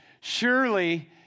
Surely